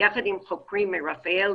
יחד עם חוקרים מרח"ל,